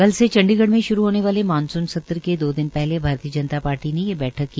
कल से चंडीगढ़ में श्रू होने वाले मानसून सत्र के दो दिन पहले भारतीय जनता पार्टी ने यह बैठक की